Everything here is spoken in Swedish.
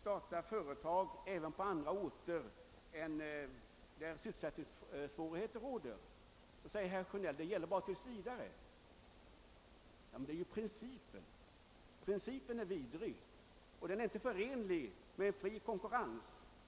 statliga företag förlagda även till andra orter än sådana där det råder sysselsättningssvårigheter bara skulle gälla tills vidare. Men principen är ju osund och oförenlig med fri konkurrens.